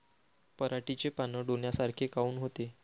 पराटीचे पानं डोन्यासारखे काऊन होते?